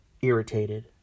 irritated